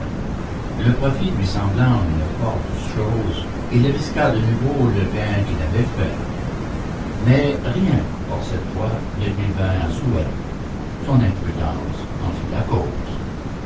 le profit lui semblant une fort douce chose il risqua de nouveau le gain qu'il avait fait mais rien pour cette fois ne lui vint à souhait son imprudence en fut la cause